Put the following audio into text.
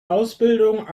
ausbildung